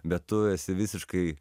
bet tu esi visiškai